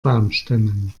baumstämmen